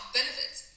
benefits